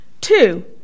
Two